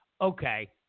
okay